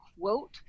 quote